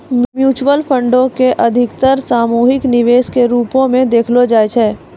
mutual फंडो के अधिकतर सामूहिक निवेश के रुपो मे देखलो जाय छै